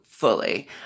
Fully